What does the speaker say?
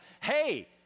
hey